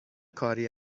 کاری